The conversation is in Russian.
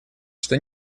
что